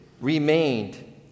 remained